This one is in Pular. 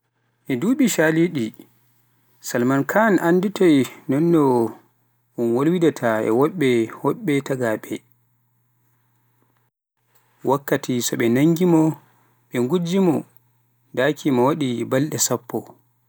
E duuɓi calliɗi, Salma Khan annditoy nonno un walwidataa e woɓɓe hoɓɓe tagaaɓe, wakkati so ɓe nangimo daki mo waɗi balde sappo.